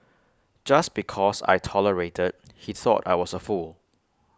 just because I tolerated he thought I was A fool